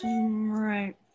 Right